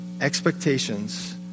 Expectations